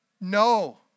no